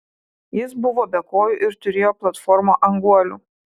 jis buvo be kojų ir turėjo platformą ant guolių